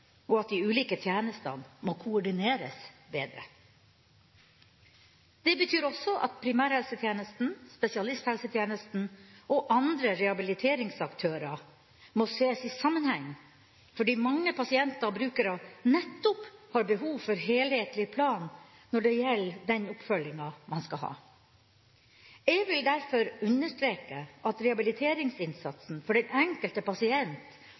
og at de ulike tjenestene må koordineres bedre. Det betyr også at primærhelsetjenesten, spesialisthelsetjenesten og andre rehabiliteringsaktører må ses i sammenheng, fordi mange pasienter og brukere nettopp har behov for en helhetlig plan når det gjelder den oppfølginga man skal ha. Jeg vil derfor understreke at rehabiliteringsinnsatsen for den enkelte pasient